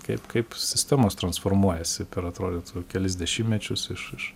kaip kaip sistemos transformuojasi per atrodytų kelis dešimtmečius iš iš